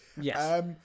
yes